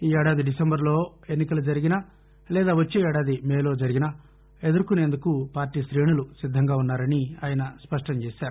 ఈ ఏడాది డిసెంబర్లో ఎన్నికలు జరిగినా లేదా వచ్చే ఏడాది మే లో జరిగినా ఎదుర్కొనేందుకు పార్టీ శ్రేణులు సిద్దంగా వున్నారని ఆయన స్పష్టం చేశారు